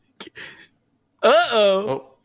Uh-oh